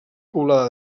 poblada